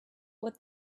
what